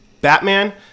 Batman